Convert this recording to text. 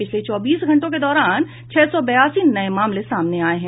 पिछले चौबीस घंटों के दौरान छह सौ बयासी नये मामले सामने आये हैं